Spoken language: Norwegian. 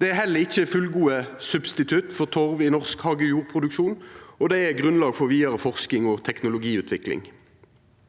Det er heller ikkje fullgode substitutt for torv i norsk hagejordproduksjon, og det er grunnlag for vidare forsking og teknologiutvikling.